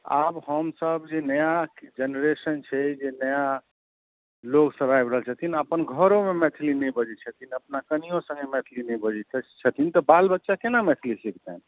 आब हमसब जे नया जेनरेशन छै जे नया लोकसब आबि रहल छथिन आब अपन घरोमे मैथिलीमे नहि बजै छथिन अपना कनिओ सङ्गे मैथिली नहि बजै छथिन तऽ बाल बच्चा कोना मैथिली सिखतनि